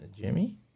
Jimmy